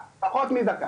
נתתי